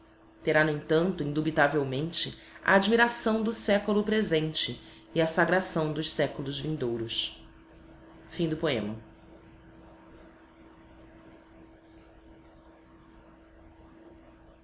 terá no entanto indubitavelmente a admiração do século presente e a sagração dos séculos vindouros oh